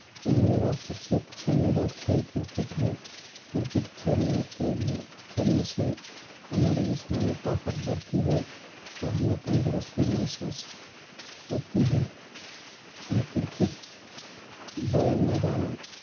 میرا سب سے پسندیدہ کھیل کرکٹ ہے کرکٹ کھیلنے کے لیے کھیلنے سے ہماری جسمانی طاقت بڑھتی ہے اور ہمیں تندرستی محسوس ہوتی ہے ہم کرکٹ بڑے میدان